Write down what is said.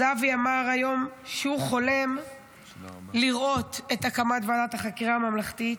אז אבי אמר היום שהוא חולם לראות את הקמת ועדת החקירה הממלכתית,